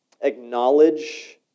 acknowledge